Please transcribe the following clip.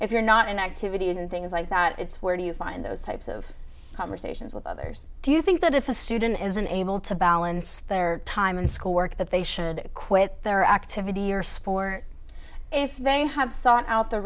if you're not in activities and things like that it's where do you find those types of conversations with others do you think that if a student isn't able to balance their time in school work that they should quit their activity or spore if they have sought out the